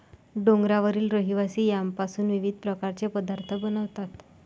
डोंगरावरील रहिवासी यामपासून विविध प्रकारचे पदार्थ बनवतात